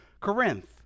Corinth